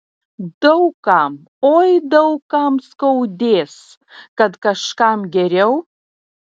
daug kam oi daug kam skaudės kad kažkam geriau